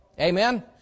Amen